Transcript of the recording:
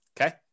Okay